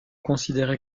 considérés